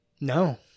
No